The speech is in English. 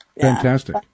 fantastic